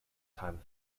time